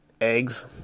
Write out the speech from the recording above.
eggs